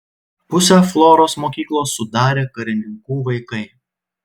pusę floros mokyklos sudarė karininkų vaikai